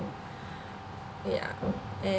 yeah and